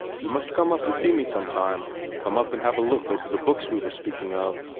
you must come up and see me some time come up and have a look over the books we were speaking of.